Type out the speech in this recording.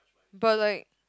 but like